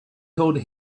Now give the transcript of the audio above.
told